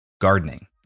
gardening